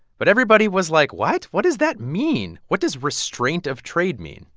but everybody was like, what? what does that mean? what does restraint of trade mean?